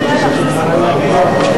רשות ממשלתית למים (אמרכלות),